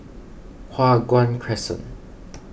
Hua Guan Crescent